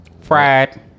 Fried